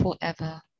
forever